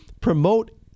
promote